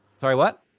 sorry, what?